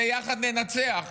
זה "יחד ננצח".